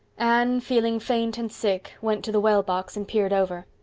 anne, feeling faint and sick, went to the wellbox and peered over.